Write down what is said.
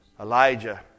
Elijah